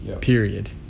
period